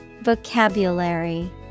Vocabulary